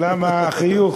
למה החיוך,